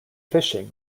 fishing